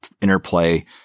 interplay